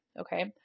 okay